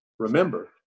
Remember